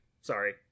sorry